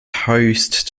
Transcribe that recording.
host